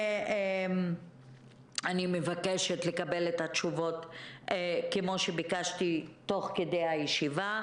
אני מבקשת לקבל את התשובות כמו שביקשתי תוך כדי הישיבה.